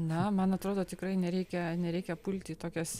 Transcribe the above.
na man atrodo tikrai nereikia nereikia pulti į tokias